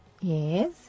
Yes